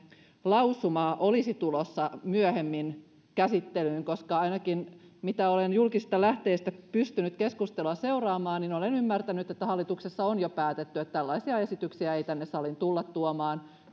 lausuma olisi tulossa myöhemmin käsittelyyn koska ainakin mitä olen julkisista lähteistä pystynyt keskustelua seuraamaan niin olen ymmärtänyt että hallituksessa on jo päätetty että tällaisia esityksiä ei tänne saliin tulla tuomaan